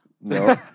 No